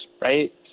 right